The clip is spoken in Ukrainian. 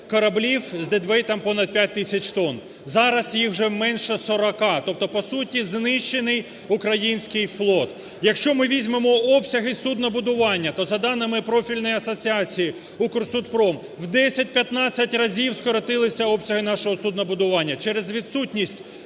кораблів з дедвейтом понад 5 тисяч тонн, зараз їх вже менше 40-а. Тобто по суті знищений український флот. Якщо ми візьмемо обсяги суднобудування, то за даними профільної Асоціації "Укрсудпром" в 10-15 разів скоротилися обсяги нашого суднобудування через відсутність